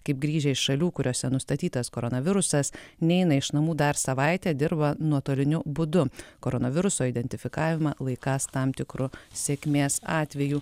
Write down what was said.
kaip grįžę iš šalių kuriose nustatytas koronavirusas neina iš namų dar savaitę dirba nuotoliniu būdu koronaviruso identifikavimą laikąs tam tikru sėkmės atveju